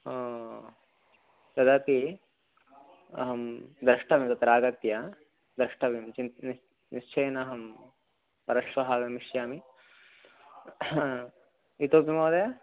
हा तदपि अहं द्रष्टव्यं तत्र आगत्य द्रष्टव्यं चिन् नि निश्चयेन अहं परश्वः आगमिष्यामि इतोपि महोदय